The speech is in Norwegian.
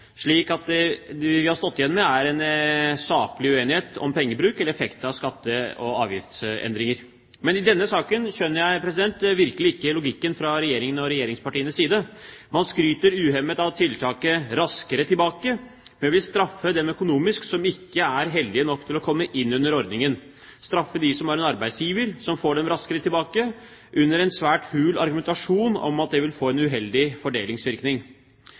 slik at det vi har stått igjen med, er en saklig uenighet om pengebruk eller effekten av skatte- og avgiftsendringer. Men i denne saken skjønner jeg virkelig ikke logikken fra Regjeringens og regjeringspartienes side. Man skryter uhemmet av tiltaket Raskere tilbake, men vil straffe økonomisk dem som ikke er heldige nok til å komme inn under ordningen, men som har en arbeidsgiver som får dem raskere tilbake under en svært hul argumentasjon, at det vil få en uheldig fordelingsvirkning.